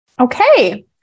Okay